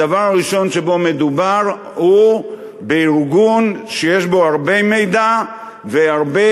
הדבר הראשון שבו מדובר הוא בארגון שיש בו הרבה מידע והרבה